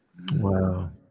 Wow